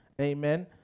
amen